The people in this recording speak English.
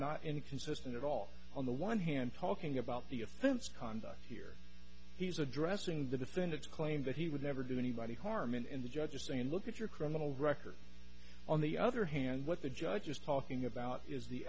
not inconsistent at all on the one hand talking about the offense conduct here he is addressing the defendant's claim that he would never do anybody harm and in the judge is saying look at your criminal record on the other hand what the judge is talking about is the